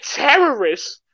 terrorists